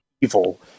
evil